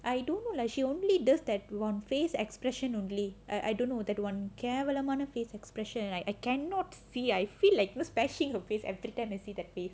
I don't know lah she only does that one face expression only I I don't know that [one] கேவலமான:kevalamaana face expression and like I cannot fee- I feel like most smashing her face every time I see that face